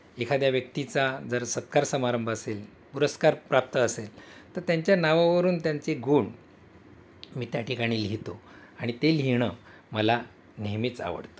एखाद्या व्यक्तीचा जर सत्कार समारंभ असेल पुरस्कार प्राप्त असेल तर त्यांच्या नावावरून त्यांचे गुण मी त्या ठिकाणी लिहितो आणि ते लिहिणं मला नेहमीच आवडतं